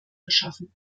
verschaffen